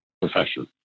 profession